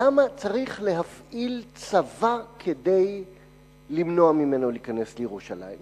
למה צריך להפעיל צבא כדי למנוע ממנו להיכנס לירושלים?